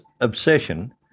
obsession